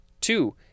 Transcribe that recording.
two